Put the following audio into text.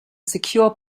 secure